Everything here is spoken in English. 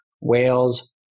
whales